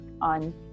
on